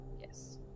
Yes